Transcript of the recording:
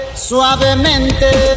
Suavemente